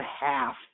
half